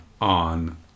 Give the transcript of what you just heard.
on